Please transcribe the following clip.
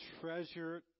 treasured